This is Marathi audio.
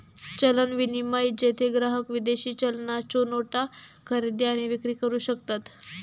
चलन विनिमय, जेथे ग्राहक विदेशी चलनाच्यो नोटा खरेदी आणि विक्री करू शकतत